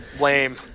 lame